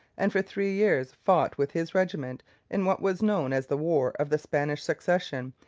and for three years fought with his regiment in what was known as the war of the spanish succession,